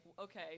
okay